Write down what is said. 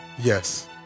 Yes